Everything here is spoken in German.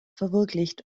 verwirklicht